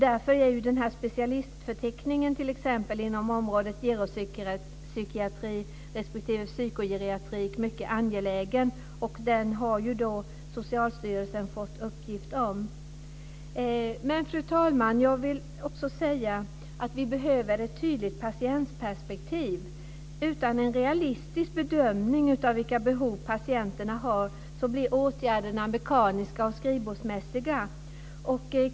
Därför är specialistförteckningen inom geropsykiatri och psykogeriatrik mycket angelägen. Socialstyrelsen har ju fått detta i uppgift. Fru talman! Vi behöver ett tydligt patientperspektiv. Utan en realistisk bedömning av vilka behov patienterna har blir åtgärderna mekaniska och skrivbordsmässiga.